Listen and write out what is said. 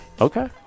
Okay